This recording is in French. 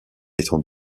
étant